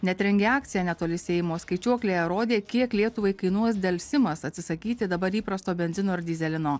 net rengė akciją netoli seimo skaičiuoklėje rodė kiek lietuvai kainuos delsimas atsisakyti dabar įprasto benzino ir dyzelino